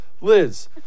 Liz